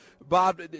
Bob